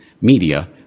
media